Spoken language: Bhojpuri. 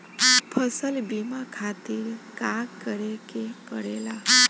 फसल बीमा खातिर का करे के पड़ेला?